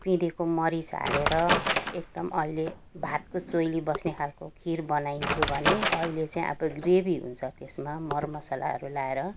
पिसेको मरिच हालेर एकदम अहिले भातको चोइली बस्ने खालको खिर बनाइन्थ्यो भने अहिले चाहिँ अब ग्रेभी हुन्छ त्यसमा मरमसलाहरू लगाएर